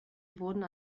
wurden